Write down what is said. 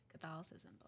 Catholicism